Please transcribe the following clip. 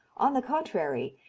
on the contrary,